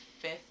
fifth